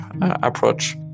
approach